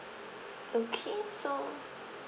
okay so